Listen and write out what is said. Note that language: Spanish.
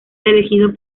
elegido